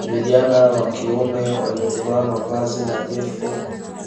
Vijana wa kiume waliovaa mavazi nadhifu,